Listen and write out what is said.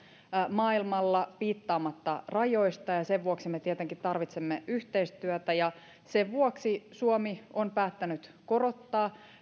maailmalla piittaamatta rajoista sen vuoksi me tietenkin tarvitsemme yhteistyötä ja sen vuoksi suomi on päättänyt korottaa